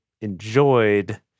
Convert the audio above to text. enjoyed